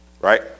Right